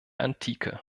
antike